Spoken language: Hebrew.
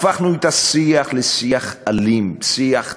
הפכנו את השיח לשיח אלים, שיח ציני.